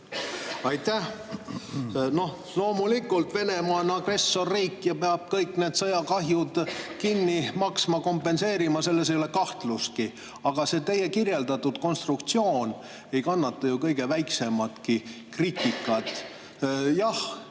Aitäh! Noh, loomulikult, Venemaa on agressorriik ja peab kõik need sõjakahjud kinni maksma, kompenseerima. Selles ei ole kahtlustki. Aga see teie kirjeldatud konstruktsioon ei kannata ju kõige väiksematki kriitikat. Jah,